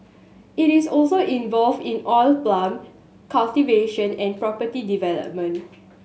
it is also involved in oil palm cultivation and property development